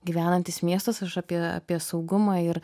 gyvenantis miestas aš apie apie saugumą ir